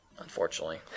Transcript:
Unfortunately